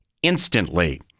instantly